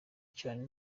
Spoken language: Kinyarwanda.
cyane